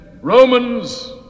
Romans